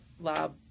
lab